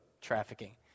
trafficking